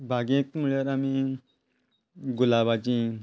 बागेक म्हणल्यार आमी गुलाबाचीं